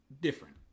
different